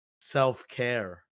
self-care